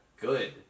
good